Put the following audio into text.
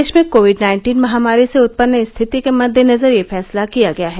देश में COVID nineteen महामारी से उत्पन्न स्थिति के मदेनजर यह फैसला किया गया है